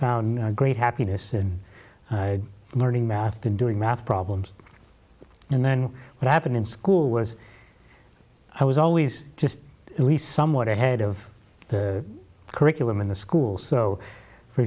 found great happiness in learning math and doing math problems and then what happened in school was i was always just at least somewhat ahead of the curriculum in the school so for